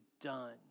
done